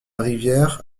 rivière